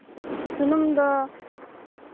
ᱥᱩᱱᱩᱢ ᱫᱚ